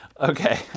Okay